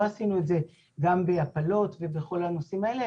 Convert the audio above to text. לא עשינו את זה גם בהפלות ובכל העניינים האלה,